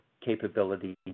capability